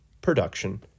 production